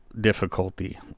difficulty